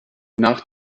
nach